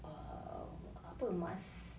err apa emas